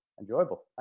Enjoyable